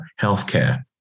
healthcare